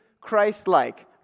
Christ-like